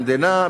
המדינה,